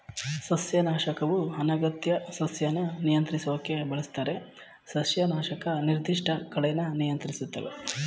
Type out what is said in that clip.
ಸಸ್ಯನಾಶಕವು ಅನಗತ್ಯ ಸಸ್ಯನ ನಿಯಂತ್ರಿಸೋಕ್ ಬಳಸ್ತಾರೆ ಸಸ್ಯನಾಶಕ ನಿರ್ದಿಷ್ಟ ಕಳೆನ ನಿಯಂತ್ರಿಸ್ತವೆ